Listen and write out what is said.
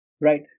Right